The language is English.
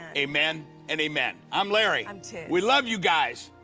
amen and amen. i'm larry. i'm tiz we love you guys.